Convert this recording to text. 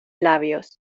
labios